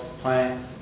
plants